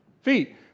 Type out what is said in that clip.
Feet